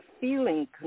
feeling